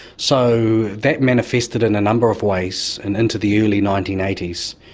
so that manifested in a number of ways, and into the early nineteen eighty s,